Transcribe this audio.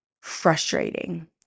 frustrating